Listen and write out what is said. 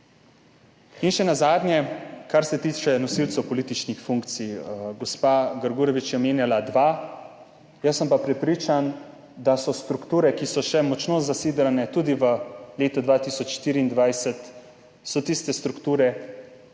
In še nazadnje kar se tiče nosilcev političnih funkcij, gospa Grgurevič je omenjala dva, jaz sem pa prepričan, da so strukture, ki so še močno zasidrane, tudi v letu 2024 so iste strukture,